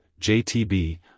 JTB